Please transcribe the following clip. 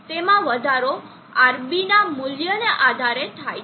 તેમાં વધારો RB ના મૂલ્યના આધારે થાય છે